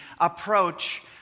approach